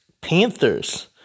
Panthers